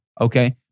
Okay